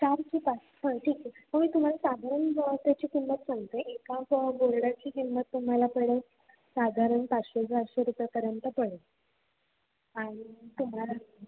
चार ते पाच हां ठीक आहे मग मी तुम्हाला साधारण त्याची किंमत सांगते एका बोर्डाची किंमत तुम्हाला पडेल साधारण पाचशे चारशे रुपयापर्यंत पडेल आणि तुम्हाला